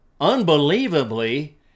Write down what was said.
unbelievably